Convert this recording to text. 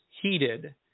heated